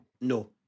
No